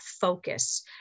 focus